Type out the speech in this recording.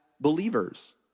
believers